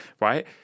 right